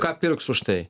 ką pirks už tai